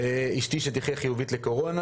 אשתי שתחיה חיובית לקורונה.